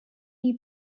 you